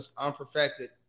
unperfected